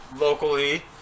Locally